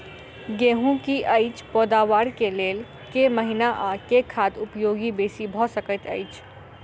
गेंहूँ की अछि पैदावार केँ लेल केँ महीना आ केँ खाद उपयोगी बेसी भऽ सकैत अछि?